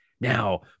Now